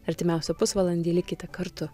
artimiausią pusvalandį likite kartu